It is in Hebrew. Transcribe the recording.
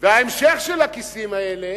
וההמשך של הכיסים האלה